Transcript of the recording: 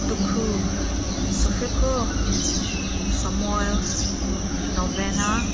ꯗꯨꯛꯈꯨ ꯁꯣꯐꯦꯀꯣ ꯁꯃ꯭ꯋꯦꯜ ꯅꯣꯕꯦꯅꯥ